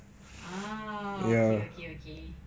ah okay okay okay